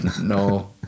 no